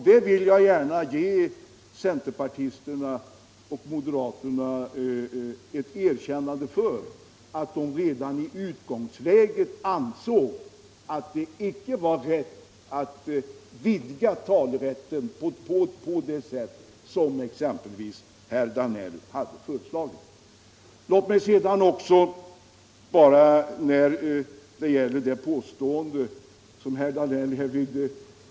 Jag vill gärna ge centerpartisterna och folkpartisterna ett erkännande för att de redan i utgångsläget ansåg att det inte var riktigt att vidga talerätten på det sätt som exempelvis herr Danell hade föreslagit.